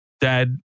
Dad